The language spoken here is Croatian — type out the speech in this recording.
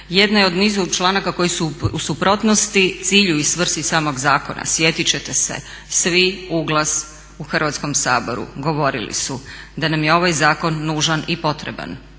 Jedna je u nizu članaka koji su u suprotnosti cilju i svrsi samog zakona, sjetit ćete se svi uglas u Hrvatskom saboru govorili su da nam je ovaj zakon nužan i potreban